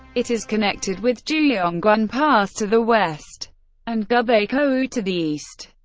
it is connected with juyongguan pass to the west and gubeikou to the east.